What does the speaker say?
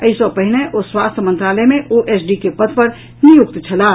एहि सँ पहिने ओ स्वास्थ्य मंत्रालय मे ओएसडी के पद पर नियुक्त छलाह